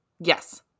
Yes